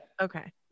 okay